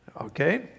Okay